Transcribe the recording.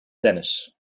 tennis